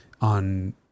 on